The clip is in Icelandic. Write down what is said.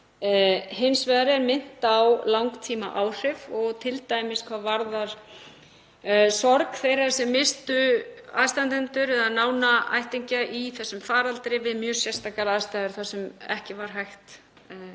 hins vegar er minnt á langtímaáhrif, t.d. hvað varðar sorg þeirra sem misstu aðstandendur eða nána ættingja í þessum faraldri við mjög sérstakar aðstæður þar sem ekki var hægt að